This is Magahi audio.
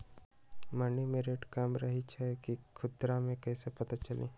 मंडी मे रेट कम रही छई कि खुदरा मे कैसे पता चली?